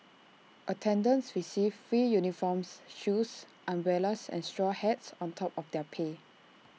attendants received free uniforms shoes umbrellas and straw hats on top of their pay